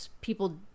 people